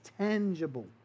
tangible